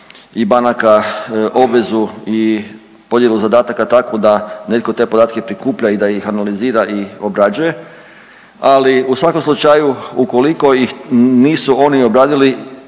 i banaka obvezu i podjelu zadataka takvu da netko te podatke prikuplja i da ih analizira i obrađuje. Ali u svakom slučaju ukoliko ih nisu oni obradili